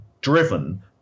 driven